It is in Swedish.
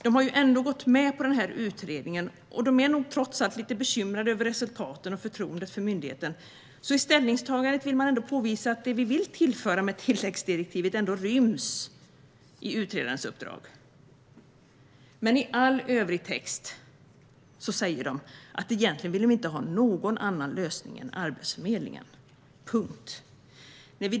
De gick ju ändå med på utredningen, och de är nog trots allt lite bekymrade över resultaten och förtroendet för myndigheten. I ställningstagandet vill man ändå påvisa att det som vi vill tillföra genom tilläggsdirektivet ändå ryms i utredarens uppdrag. Men i övrig text säger de att de egentligen inte vill ha någon annan lösning än Arbetsförmedlingen. Punkt.